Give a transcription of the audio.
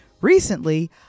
Recently